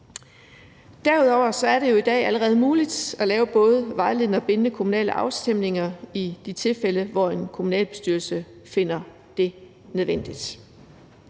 Derudover er det jo i dag allerede muligt at lave både vejledende og bindende kommunale folkeafstemninger i de tilfælde, hvor en kommunalbestyrelse finder det nødvendigt.